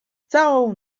całą